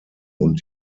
und